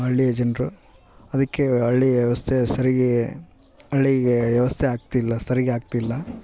ಹಳ್ಳಿಯ ಜನರು ಅದಕ್ಕೆ ಹಳ್ಳಿಯ ವ್ಯವಸ್ಥೆ ಸರಿಗೆ ಹಳ್ಳಿಗೆ ವ್ಯವಸ್ಥೆ ಆಗ್ತಿಲ್ಲ ಸರಿಗೆ ಆಗ್ತಿಲ್ಲ